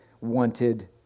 wanted